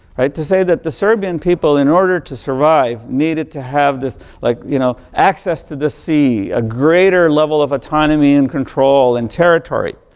right. to say that the serbian people, in other to survive needed to have this, like, you know, access to the sea. a greater level of autonomy and control and territory.